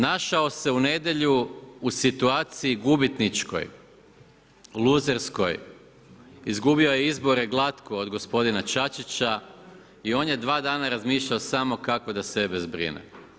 Našao se u nedjelju u situaciji gubitničkoj, luzerskoj, izgubio je izbore glatko od gospodina Čačića i on je 2 dana razmišljao samo kako da sebe zbrine.